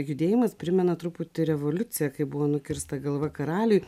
judėjimas primena truputį revoliuciją kai buvo nukirsta galva karaliui